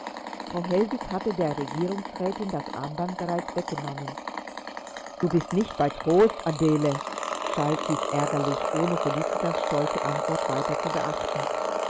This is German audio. frau hellwig hatte der regierungsrätin das armband bereits weggenommen du bist nicht bei trost adele schalt sie ärgerlich ohne felicitas stolze antwort weiter zu beachten